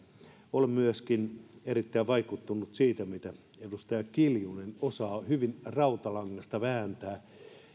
olen myöskin erittäin vaikuttunut siitä mitä edustaja kiljunen osaa hyvin rautalangasta vääntää